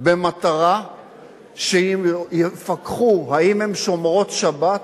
במטרה שיפקחו אם הן שומרות שבת,